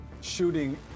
shooting